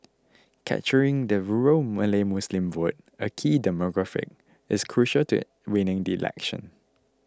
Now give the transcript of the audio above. capturing the rural Malay Muslim vote a key demographic is crucial to winning the election